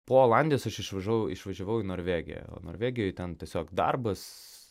po olandijos aš išvažavau išvažiavau į norvegiją o norvegijoj ten tiesiog darbas